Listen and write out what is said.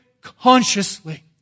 consciously